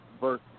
Verse